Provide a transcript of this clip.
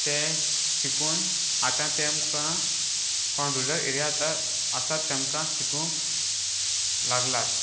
ते शिकून आतां तांकां कोण रुरल एरियात आसा तांकां शिकूंक लागलात